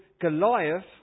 Goliath